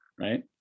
right